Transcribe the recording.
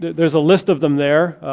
there's a list of them there,